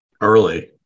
Early